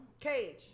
Cage